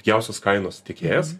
pigiausios kainos tiekėjas